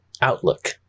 outlook